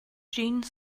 gene